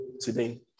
today